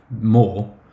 more